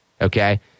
Okay